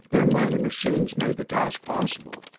their mighty machines made the task possible,